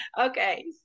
okay